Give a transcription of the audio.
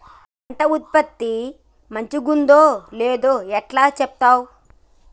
పంట ఉత్పత్తి మంచిగుందో లేదో ఎట్లా చెప్తవ్?